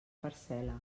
parcel·la